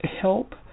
help